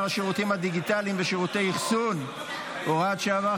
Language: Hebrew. השירותים הדיגיטליים ושירותי האחסון (הוראת שעה,